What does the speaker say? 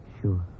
Sure